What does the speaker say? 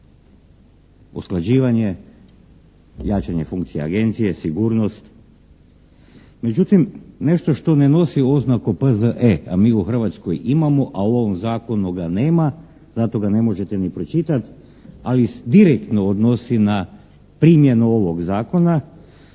Usklađivanje, jačanje funkcije Agencije, sigurnost. Međutim, nešto što ne nosi oznaku P.Z.E., a mi u Hrvatskoj imamo a u ovom zakonu ga nema zato ga ne možete ni pročitati, ali se direktno odnosi na primjenu ovog zakona,